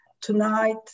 tonight